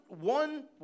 one